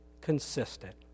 consistent